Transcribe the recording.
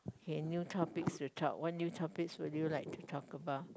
okay new topics to talk what new topics would you like to talk about